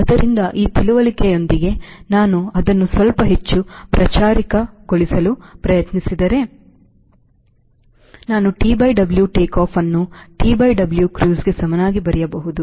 ಆದ್ದರಿಂದ ಈ ತಿಳುವಳಿಕೆಯೊಂದಿಗೆ ನಾನು ಅದನ್ನು ಸ್ವಲ್ಪ ಹೆಚ್ಚು ಪಚಾರಿಕಗೊಳಿಸಲು ಪ್ರಯತ್ನಿಸಿದರೆ ನಾನುTW Takeoff ಅನ್ನು ಟಿ ಡಬ್ಲ್ಯೂ ಕ್ರೂಸ್ಗೆ ಸಮನಾಗಿ ಬರೆಯಬಹುದು